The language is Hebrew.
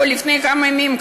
או לפני כמה ימים,